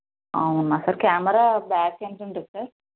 అవునా sir camera back ఎంత ఉంటుంది సార్